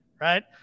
right